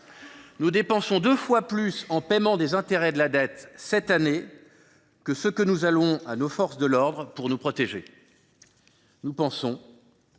Nous dépensons deux fois plus en paiement des intérêts de la dette cette année que ce que nous allouons à nos forces de l’ordre pour nous protéger. Le